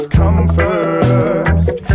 comfort